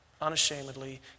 Unashamedly